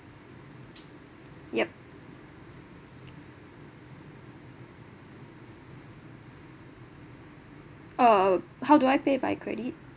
yup uh how do I pay by credit